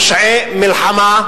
פושעי מלחמה,